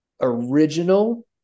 original